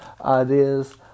ideas